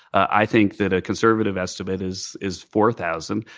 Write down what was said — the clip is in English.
i think that a conservative estimate is is four thousand